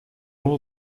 all